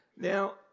Now